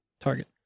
target